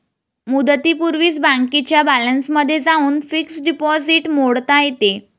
मुदतीपूर्वीच बँकेच्या बॅलन्समध्ये जाऊन फिक्स्ड डिपॉझिट मोडता येते